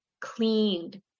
cleaned